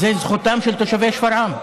זו זכותם של תושבי שפרעם.